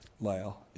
Lyle